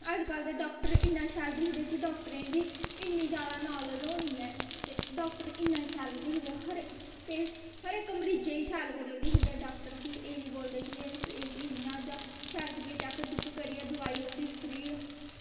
अज्जकल दे डॉक्टर इन्ने शैल दिखदे कि डॉक्टरें ई बी इन्नी जादा नॉलेज़ होनी ऐ ते डॉक्टर इन्ना शैल दिक्खदे कि हर इक्क मरीजै गी शैल करियै दिखदे डॉक्टर ते एह् निं शैल करियै दिक्खि्यै चैक करि्यै दोआई उसी फ्री